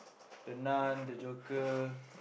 the nun the joker